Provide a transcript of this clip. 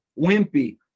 wimpy